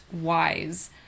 wise